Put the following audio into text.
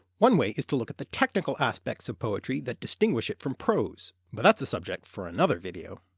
one way is to look at the technical aspects of poetry that distinguish it from prose but that's a subject for another video.